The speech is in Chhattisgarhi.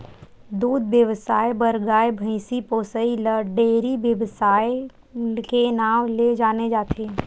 दूद बेवसाय बर गाय, भइसी पोसइ ल डेयरी बेवसाय के नांव ले जाने जाथे